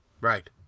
right